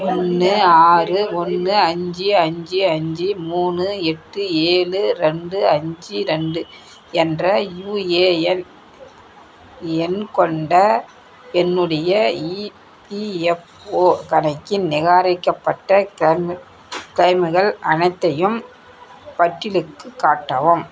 ஒன்று ஆறு ஒன்று அஞ்சு அஞ்சு அஞ்சு மூணு எட்டு ஏழு ரெண்டு அஞ்சு ரெண்டு என்ற யூஏஏஎன் எண் கொண்ட என்னுடைய இபிஎஃப்ஓ கணக்கின் நிராகாரிக்கப்பட்ட க்ளெய்ம் க்ளைம்கள் அனைத்தையும் பட்டியலிட்டுக் காட்டவும்